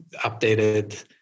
updated